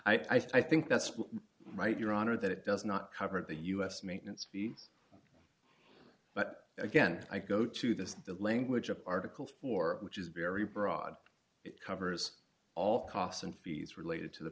sense i think that's right your honor that it does not cover the u s maintenance fee but again i go to the language of article four which is very broad it covers all costs and fees related to the